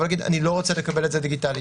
ולהגיד: אני לא רוצה לקבל את זה דיגיטלית.